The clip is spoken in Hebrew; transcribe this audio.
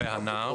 והנער.